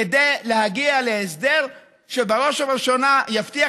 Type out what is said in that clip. כדי להגיע להסדר שבראש ובראשונה יבטיח